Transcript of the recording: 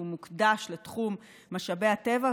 שהוא מוקדש לתחום משאבי הטבע,